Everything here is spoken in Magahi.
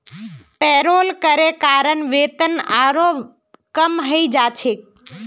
पेरोल करे कारण वेतन आरोह कम हइ जा छेक